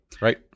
Right